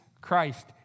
Christ